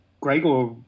Gregor